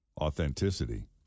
authenticity